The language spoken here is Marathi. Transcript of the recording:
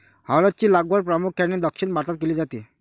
हळद ची लागवड प्रामुख्याने दक्षिण भारतात केली जाते